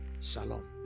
Shalom